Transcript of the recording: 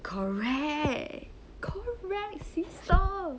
correct correct sister